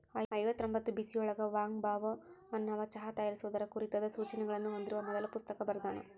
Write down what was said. ಐವತ್ತರೊಂಭತ್ತು ಬಿಸಿಯೊಳಗ Wang Bao ಅನ್ನವಾ ಚಹಾ ತಯಾರಿಸುವುದರ ಕುರಿತಾದ ಸೂಚನೆಗಳನ್ನ ಹೊಂದಿರುವ ಮೊದಲ ಪುಸ್ತಕ ಬರ್ದಾನ